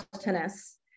tennis